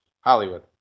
Hollywood